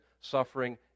suffering